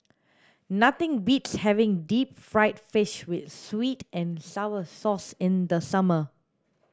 nothing beats having deep fried fish with sweet and sour sauce in the summer